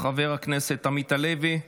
חבר הכנסת עמית הלוי,